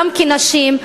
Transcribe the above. גם כנשים,